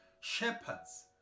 shepherds